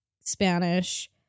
Spanish